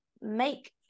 make